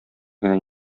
генә